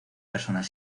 personas